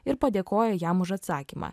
ir padėkoja jam už atsakymą